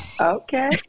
Okay